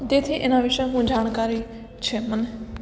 તેથી એના વિષે હું જાણકારી છે મને